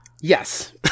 Yes